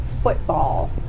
Football